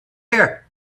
here